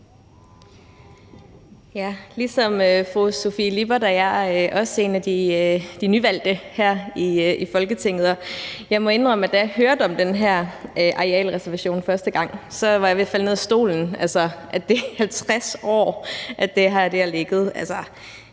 Ligesom fru Sofie Lippert er jeg også en af de nyvalgte her i Folketinget, og jeg må indrømme, at da jeg hørte om den her arealreservation første gang, var jeg ved at falde ned af stolen – altså, i 50 år har det her ligget.